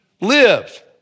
live